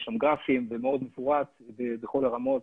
יש שם גרפים וזה מאוד מפורט בכל הרמות,